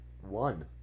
one